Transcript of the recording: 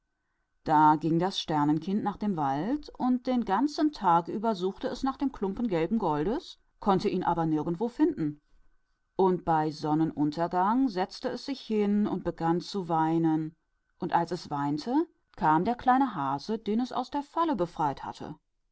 und das sternenkind ging in den wald und den ganzen tag lang suchte es nach dem stück gelben goldes aber nirgends konnte es es finden und beim sonnenuntergang setzte es sich hin und begann zu weinen und als es weinte kam der kleine hase zu ihm den es aus seiner falle befreit hatte